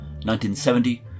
1970